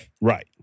Right